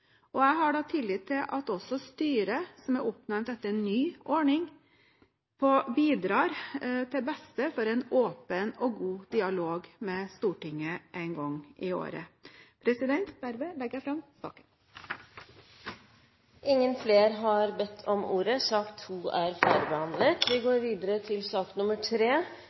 måte. Jeg har tillit til at også styret som er oppnevnt etter en ny ordning, bidrar til beste for en åpen og god dialog med Stortinget én gang i året. Jeg anbefaler komiteens innstilling. Flere har ikke bedt om ordet til sak